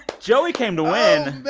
joey came to win